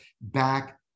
back